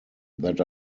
that